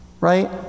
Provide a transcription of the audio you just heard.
Right